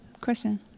question